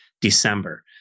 December